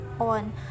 on